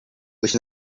which